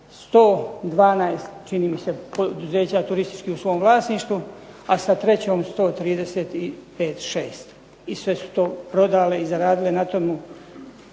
112 čini mi se poduzeća turističkih u svom vlasništvu, a sa trećom 135, 136, i sve su to prodale i zaradile na tomu,